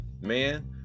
man